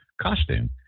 costume